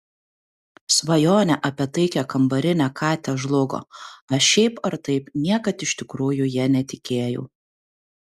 svajonė apie taikią kambarinę katę žlugo aš šiaip ar taip niekad iš tikrųjų ja netikėjau